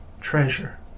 treasure